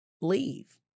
leave